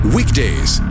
Weekdays